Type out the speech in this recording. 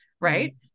Right